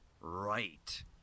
right